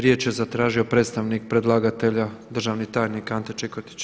Riječ je zatražio predstavnik predlagatelja, državni tajnik Ante Čikotić.